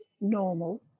normal